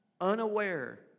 unaware